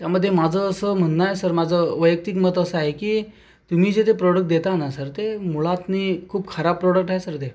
त्यामध्ये माझं असं म्हणणं आहे सर माझं वैयक्तिक मत असं आहे की तुम्ही जे ते प्रॉडक्ट देता ना सर ते मुळातून खूप खराब प्रॉडक्ट आहे सर ते